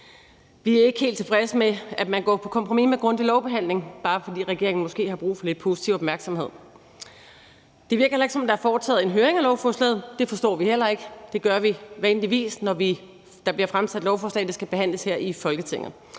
Vi er ikke helt tilfredse med, at man går på kompromis med grundig lovbehandling, bare fordi regeringen måske har brug for lidt positiv opmærksomhed. Det virker heller ikke, som om der er foretaget en høring af lovforslaget. Det forstår vi heller ikke. Det gør vi vanligvis, når der bliver fremsat lovforslag, der skal behandles her i Folketinget.